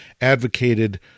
advocated